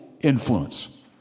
influence